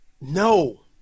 No